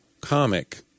comic